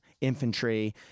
infantry